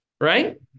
Right